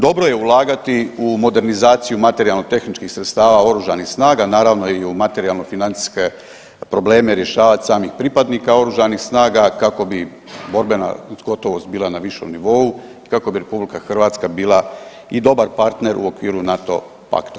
Dobro je ulagati u modernizaciju materijalno-tehničkih sredstava Oružanih snaga, naravno i u materijalno-financijske probleme rješavati samih pripadnika Oružanih snaga kako bi borbenost bila na višem nivou, kako bi RH bila i dobar partner u okviru NATO pakta.